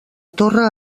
torre